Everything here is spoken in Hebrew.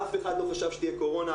אף אחד לא חשב שתהיה קורונה,